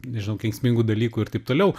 nežinau kenksmingų dalykų ir taip toliau